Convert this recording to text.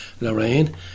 Lorraine